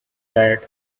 diet